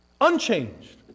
Unchanged